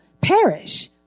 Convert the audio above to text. perish